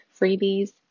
freebies